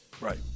Right